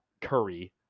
Curry